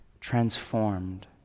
transformed